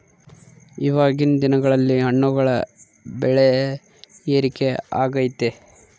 ಇವಾಗಿನ್ ದಿನಗಳಲ್ಲಿ ಹಣ್ಣುಗಳ ಬೆಳೆ ಏರಿಕೆ ಆಗೈತೆ